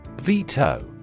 V-E-T-O